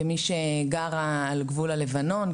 כמי שגרה על גבול הלבנון,